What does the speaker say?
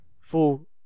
full